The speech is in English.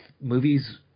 movies